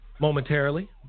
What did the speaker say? momentarily